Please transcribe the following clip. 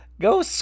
Go